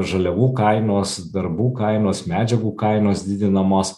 žaliavų kainos darbų kainos medžiagų kainos didinamos